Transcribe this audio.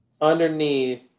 underneath